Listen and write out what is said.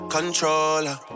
Controller